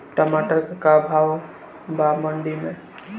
टमाटर का भाव बा मंडी मे?